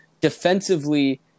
defensively